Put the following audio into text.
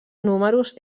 números